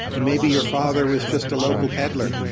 and maybe your father was just a local peddler.